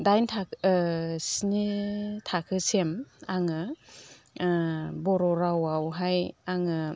दाइन थाखो स्नि थाखोसिम आङो बर' रावआवहाय आङो